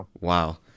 Wow